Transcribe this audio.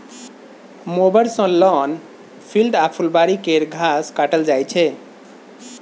mower सँ lawn, field आ फुलबारी केर घास काटल जाइ छै